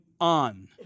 on